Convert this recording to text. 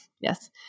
Yes